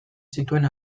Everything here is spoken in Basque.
zituen